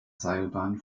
seilbahn